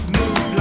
move